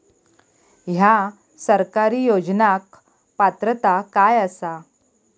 हया सरकारी योजनाक पात्रता काय आसा?